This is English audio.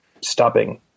stopping